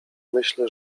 myśl